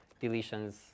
deletions